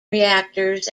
reactors